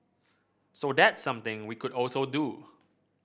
so that's something we could also do